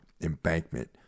embankment